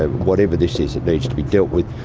whatever this is it needs to be dealt with.